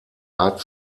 art